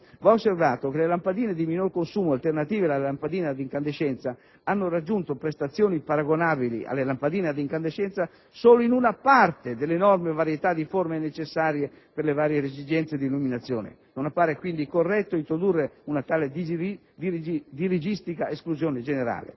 va osservato che le lampadine di minor consumo alternative alle lampadine ad incandescenza hanno raggiunto prestazioni paragonabili alle lampadine ad incandescenza solo in una parte dell'enorme varietà di forme necessarie per le varie esigenze di illuminazione. Non appare quindi corretto introdurre una tale dirigistica esclusione generale.